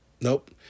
nope